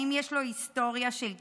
האם יש לו היסטוריה של התמכרויות?